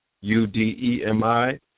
U-D-E-M-I